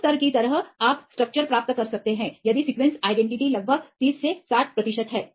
उस स्तर की तरह आप स्ट्रक्चर प्राप्त कर सकते हैं यदि सीक्वेंस आईडेंटिटी लगभग 30 से 60 प्रतिशत है